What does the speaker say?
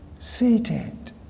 seated